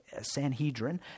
Sanhedrin